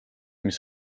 mis